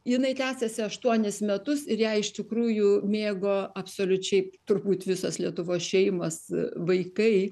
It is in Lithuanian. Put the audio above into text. jinai tęsėsi aštuonis metus ir ją iš tikrųjų mėgo absoliučiai turbūt visos lietuvos šeimos vaikai